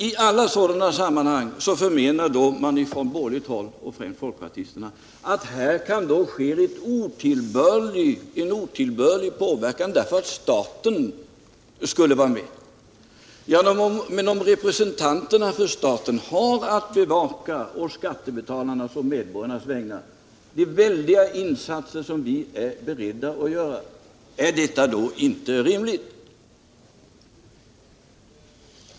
I alla sådana sammanhang menar man från borgerligt håll, främst folkpartistiskt, att det kan ske en otillbörlig påverkan därför att staten skall vara med. Men om representanterna för staten har att å skattebetalarnas och medborgarnas vägnar bevaka de väldiga insatser som vi är beredda att göra, är detta då inte rimligt?